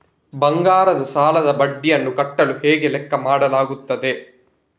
ಬಂಗಾರದ ಸಾಲದ ಬಡ್ಡಿಯನ್ನು ಕಟ್ಟಲು ಹೇಗೆ ಲೆಕ್ಕ ಮಾಡಲಾಗುತ್ತದೆ?